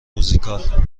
موزیکال